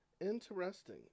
Interesting